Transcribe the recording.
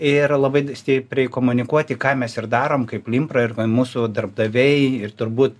ir labai stipriai komunikuoti ką mes ir darom kaip linpra ir mūsų darbdaviai ir turbūt